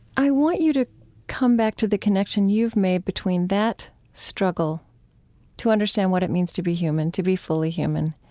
i want you to come back to the connection you've made between that struggle to understand what it means to be human, to be fully human,